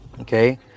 Okay